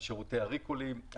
על שירותי הריקולים,